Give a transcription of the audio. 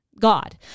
god